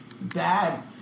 bad